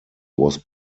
was